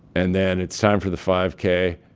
and then it's time for the five k,